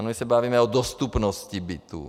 A my se bavíme o dostupnosti bytů.